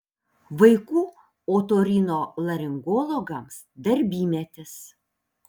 vaikų otorinolaringologams darbymetis